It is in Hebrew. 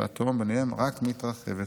והתהום ביניהם רק מתרחבת.